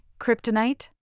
kryptonite